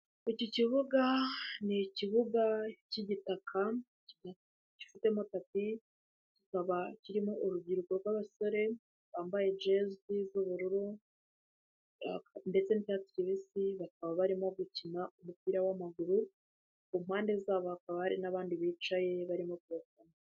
Iki kibuga ni ikibuga k'igitaka gifitemo tapi, kikaba kirimo urubyiruko rw'abasore bambaye jezi z'ubururu ndetse ndetse n'icyatsi kibisi bakaba barimo gukina umupira w'amaguru, ku mpande zabo hakaba hari n'abandi bicaye barimo kuwukina.